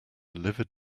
livid